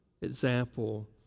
example